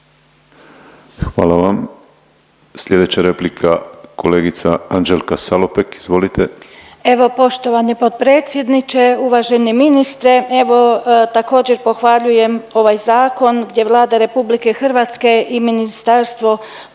Hvala vam. Sljedeća replika, kolegica Anđelka Salopek, izvolite. **Salopek, Anđelka (HDZ)** Evo poštovani potpredsjedniče, uvaženi ministre, evo također, pohvaljujem ovaj Zakon gdje Vlada RH i ministarstvo pomažu